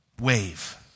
wave